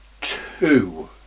two